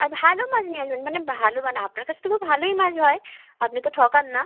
আর ভালো মাছ নিয়ে আসবেন মানে ভালো মানে আপনার কাছে তো খুব ভালোই মাছ হয় আপনি তো ঠকান না